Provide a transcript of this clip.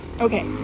Okay